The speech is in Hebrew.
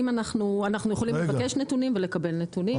אנחנו יכולים לבקש נתונים ולקבל נתונים.